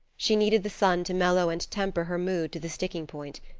she needed the sun to mellow and temper her mood to the sticking point.